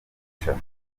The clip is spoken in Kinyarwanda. kwicana